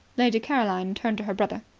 lady caroline turned to her brother.